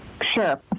Sure